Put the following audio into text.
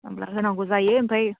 होनांगौ जायो ओमफ्राय